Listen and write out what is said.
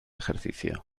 ejercicio